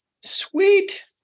Sweet